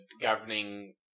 governing